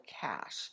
cash